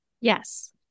Yes